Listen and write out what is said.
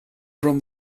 from